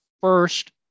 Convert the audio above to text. first